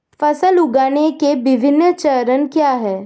फसल उगाने के विभिन्न चरण क्या हैं?